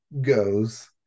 goes